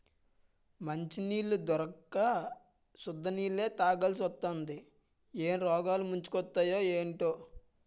మంచినీళ్లు దొరక్క సుద్ద నీళ్ళే తాగాలిసివత్తాంది ఏం రోగాలు ముంచుకొత్తయే ఏటో